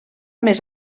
més